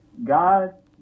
God